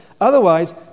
Otherwise